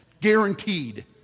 guaranteed